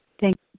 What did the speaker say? Thank